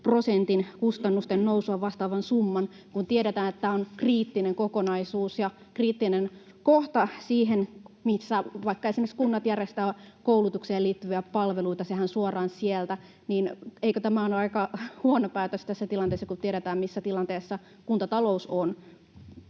prosentin kustannusten nousua vastaavan summan, kun tiedetään, että tämä on kriittinen kokonaisuus ja kriittinen kohta siihen, missä esimerkiksi kunnat järjestävät koulutukseen liittyviä palveluita? Sehän on suoraan sieltä. Eikö tämä ole aika huono päätös tässä tilanteessa, kun tiedetään, missä tilanteessa kuntatalous on?